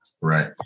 Right